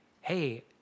hey